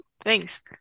Thanks